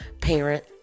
parent